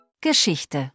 Geschichte